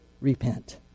repent